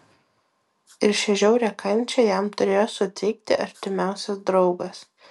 ir šią žiaurią kančią jam turėjo suteikti artimiausias draugas